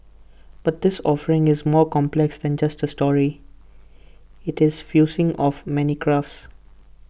but this offering is more complex than just A story IT is fusing of many crafts